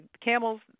camels